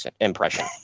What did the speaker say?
impression